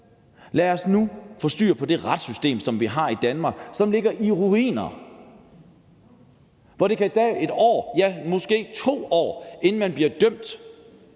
Lad os nu få styr på det retssystem, som vi har i Danmark, og som ligger i ruiner. For det kan tage 1 år, ja, måske 2 år, inden man bliver dømt,